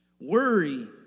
Worry